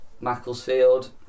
Macclesfield